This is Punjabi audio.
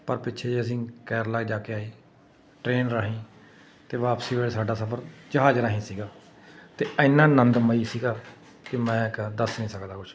ਪਰ ਪਿੱਛੇ ਜਿਹੇ ਅਸੀਂ ਕੇਰਲਾ ਜਾ ਕੇ ਆਏ ਟਰੇਨ ਰਾਹੀਂ ਅਤੇ ਵਾਪਸੀ ਵੇਲੇ ਸਾਡਾ ਸਫ਼ਰ ਜਹਾਜ਼ ਰਾਹੀਂ ਸੀਗਾ ਅਤੇ ਐਨਾ ਆਨੰਦਮਈ ਸੀਗਾ ਕਿ ਮੈਂ ਕਿਹਾ ਦੱਸ ਨਹੀਂ ਸਕਦਾ ਕੁਛ